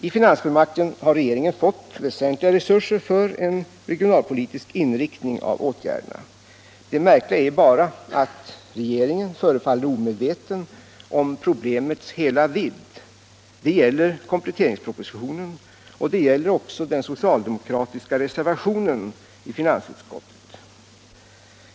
I finansfullmakten har regeringen fått väsentliga resurser för en regionalpolitisk inriktning av åtgärderna. Det märkliga är bara att regeringen förefaller omedveten om problemets hela vidd. Det gäller kompletteringspropositionen och det gäller också den socialdemokratiska reservationen i finansutskottet.